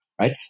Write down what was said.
Right